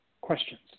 questions